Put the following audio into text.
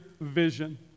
vision